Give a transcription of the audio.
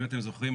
אם אתם זוכרים,